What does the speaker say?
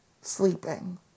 sleeping